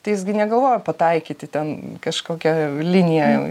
tai jis gi negalvojo pataikyti ten kažkokią liniją